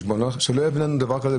שלא יביא לנו דבר כזה,